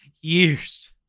years